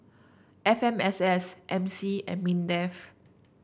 F M S S M C and Mindef